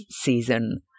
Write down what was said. season